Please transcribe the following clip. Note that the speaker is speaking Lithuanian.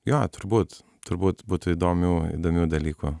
jo turbūt turbūt būtų įdomių įdomių dalykų